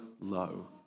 low